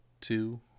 two